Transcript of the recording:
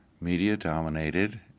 media-dominated